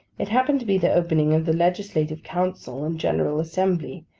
it happened to be the opening of the legislative council and general assembly,